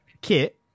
kit